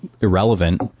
irrelevant